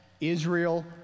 Israel